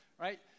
right